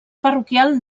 parroquial